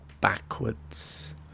backwards